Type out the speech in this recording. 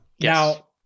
now